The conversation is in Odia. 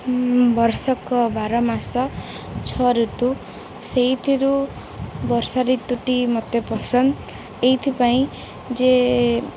ବର୍ଷକ ବାର ମାସ ଛଅ ଋତୁ ସେଇଥିରୁ ବର୍ଷା ଋତୁଟି ମୋତେ ପସନ୍ଦ ଏଇଥିପାଇଁ ଯେ